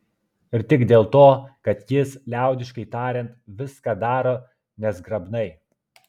ir tik dėl to kad jis liaudiškai tariant viską daro nezgrabnai